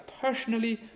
personally